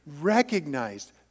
recognized